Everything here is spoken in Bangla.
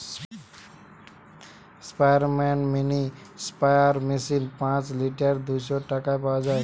স্পেয়ারম্যান মিনি স্প্রেয়ার মেশিন পাঁচ লিটার দুইশ টাকায় পাওয়া যায়